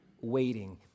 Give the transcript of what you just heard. waiting